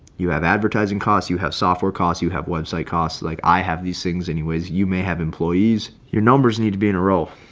you have advertising costs, you have software costs, you have website costs, like i have these things anyways, you may have employees, your numbers need to be in a row.